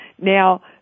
Now